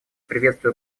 приветствую